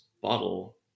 bottle